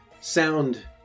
Sound